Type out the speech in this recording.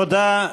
תודה.